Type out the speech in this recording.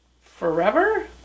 Forever